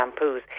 shampoos